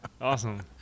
Awesome